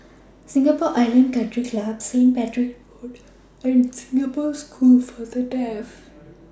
Singapore Island Country Club Saint Patrick's Road and Singapore School For The Deaf